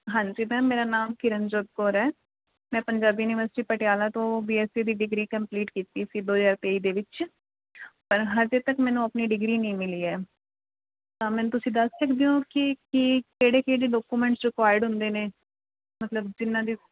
ਹਾਂਜੀ ਮੈਮ ਮੇਰਾ ਨਾਮ ਕਿਰਨਜੋਤ ਕੌਰ ਹੈ ਮੈਂ ਪੰਜਾਬੀ ਯੂਨੀਵਰਸਿਟੀ ਪਟਿਆਲਾ ਤੋਂ ਬੀ ਐੱਸ ਸੀ ਦੀ ਡਿਗਰੀ ਕੰਪਲੀਟ ਕੀਤੀ ਸੀ ਦੋ ਹਜ਼ਾਰ ਤੇਈ ਦੇ ਵਿੱਚ ਪਰ ਅਜੇ ਤੱਕ ਮੈਨੂੰ ਆਪਣੀ ਡਿਗਰੀ ਨਹੀਂ ਮਿਲੀ ਹੈ ਤਾਂ ਮੈਨੂੰ ਤੁਸੀਂ ਦੱਸ ਸਕਦੇ ਹੋ ਕਿ ਕਿ ਕਿਹੜੇ ਕਿਹੜੇ ਡਾਕੂਮੈਂਟਸ ਰਿਕੁਆਰਡ ਹੁੰਦੇ ਨੇ ਮਤਲਬ ਜਿਨ੍ਹਾਂ ਦੀ